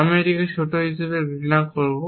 আমি এটিকে ছোট হিসাবে ঘৃণা করব